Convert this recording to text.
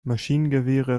maschinengewehre